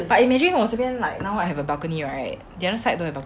but imagine 我这边 like now I have a balcony right the other side don't have balcony